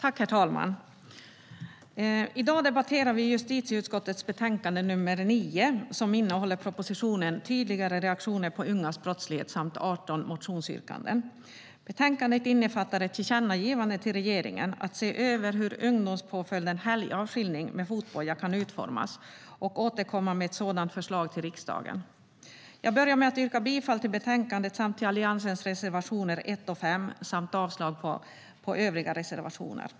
Herr talman! I dag debatterar vi justitieutskottets betänkande nr 9 som behandlar propositionen Tydligare reaktioner på ungas brottslighet samt 18 motionsyrkanden. Betänkandet innefattar ett tillkännagivande till regeringen att se över hur ungdomspåföljden helgavskiljning med fotboja kan utformas och återkomma med ett sådant förslag till riksdagen. Jag börjar med att yrka bifall till utskottets förslag i betänkandet samt till Alliansens reservationer 1 och 5 samt avslag på övriga reservationer.